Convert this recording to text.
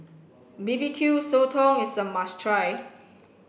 B B Q Sotong is a must try